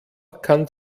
kann